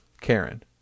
Karen